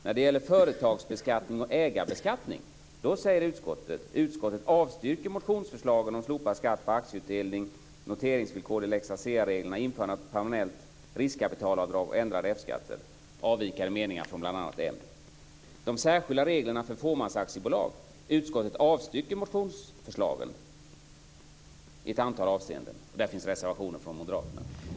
När det gäller företagsbeskattning och ägarbeskattning säger utskottet: "Utskottet avstyrker motionsförslagen om slopad skatt på aktieutdelning, slopat noteringsvillkor i lex Asea-reglerna, införande av ett permanent riskkapitalavdrag, ändrade betalningsregler för F-skatt m.m." Avvikande meningar från bl.a. m. När det gäller de särskilda reglerna för fåmansaktiebolag avstyrker utskottet motionsförslagen i ett antal avseenden. Där finns reservationer från moderaterna.